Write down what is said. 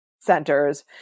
centers